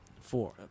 four